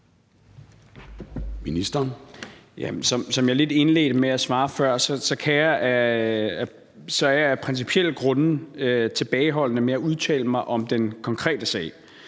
Som jeg lidt indledte med at svare før, er jeg af principielle grunde tilbageholdende med at udtale mig om den konkrete sag.